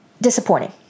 disappointing